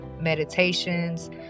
meditations